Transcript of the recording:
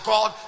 God